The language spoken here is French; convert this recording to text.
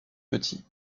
petits